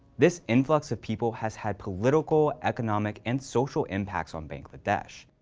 this influx of people has had political, economic, and social impacts on bangladesh.